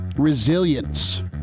resilience